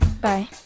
Bye